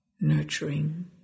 nurturing